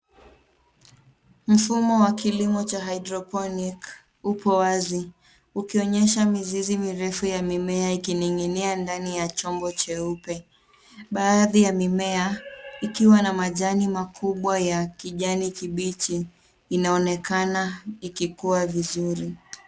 Mfumo wa kilimo cha haidroponiki upo wazi ukionyesha mizizi mirefu ya mimea ikinining'inia ndani ya chombo cheupe. Baadhi ya mimea ikiwa na majani makubwa ya kijani kibichi inaonekana ikikua vizuri.